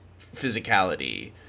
physicality